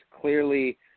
clearly –